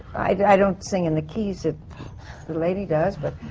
i don't sing in the keys that the lady does, but